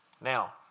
Now